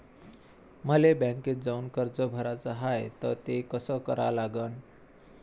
मले बँकेत जाऊन कर्ज भराच हाय त ते कस करा लागन?